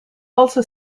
also